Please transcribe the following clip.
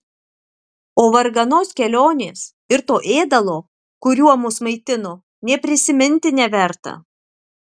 o varganos kelionės ir to ėdalo kuriuo mus maitino nė prisiminti neverta